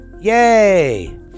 Yay